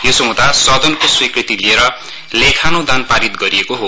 यसोहँदा सदनको स्वीकृति लिएर लेखानुदान पारित गरिएको हो